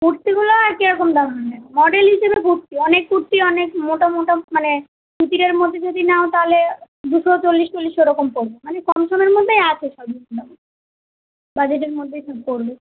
কুর্তিগুলো আর কীরকম দাম মডেল হিসেবে কুর্তি অনেক কুর্তি অনেক মোটা মোটা মানে মধ্যে যদি নাও তাহলে দুশো চল্লিশ টল্লিশ ওরকম পড়বে মানে কম সমের মধ্যেই আছে সবই বাজেটের মধ্যেই সব পড়বে